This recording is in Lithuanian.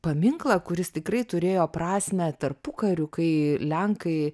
paminklą kuris tikrai turėjo prasmę tarpukariu kai lenkai